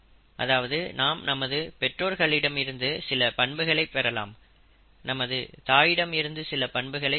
அதாவது நாம் நமது பெற்றோர்களிடமிருந்து சில பண்புகளை பெறலாம் நமது தாயிடமிருந்து சில பண்புகளை பெறலாம்